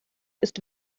ist